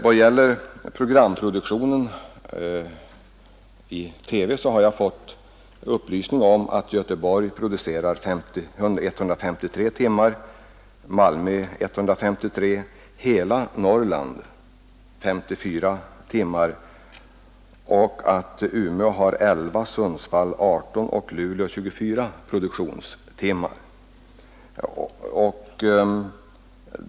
Vad gäller programproduktionen i TV har jag fått upplysning om att Göteborg producerar 153 timmar och Malmö likaså 153 timmar medan hela Norrland svarar för 54 timmar samt att Umeå har 11 timmar, Sundsvall 18 och Luleå 24 produktionstimmar.